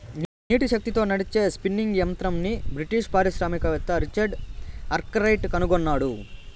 నీటి శక్తితో నడిచే స్పిన్నింగ్ యంత్రంని బ్రిటిష్ పారిశ్రామికవేత్త రిచర్డ్ ఆర్క్రైట్ కనుగొన్నాడు